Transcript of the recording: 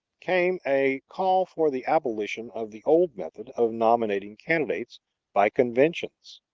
came a call for the abolition of the old method of nominating candidates by conventions.